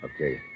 Okay